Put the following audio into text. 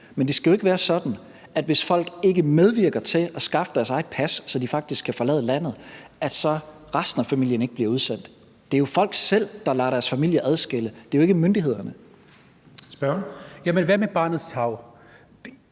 Men det skal jo ikke være sådan, at hvis folk ikke medvirker til at skaffe sig et eget pas, så de faktisk kan forlade landet, så bliver resten af familien ikke udsendt. Det er jo folk selv, der lader deres familier adskille – det er jo ikke myndighederne. Kl. 13:26 Den fg.